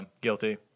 guilty